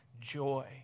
joy